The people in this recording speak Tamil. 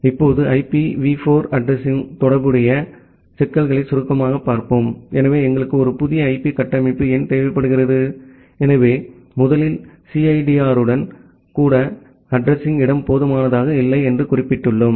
இப்போது ஐபிவி 4 அட்ரஸிங்யுடன் தொடர்புடைய சிக்கல்களை சுருக்கமாக பார்ப்போம் எனவே எங்களுக்கு ஒரு புதிய ஐபி கட்டமைப்பு ஏன் தேவைப்படுகிறது எனவே முதலில் சிஐடிஆருடன் கூட அட்ரஸிங் இடம் போதுமானதாக இல்லை என்று குறிப்பிட்டுள்ளோம்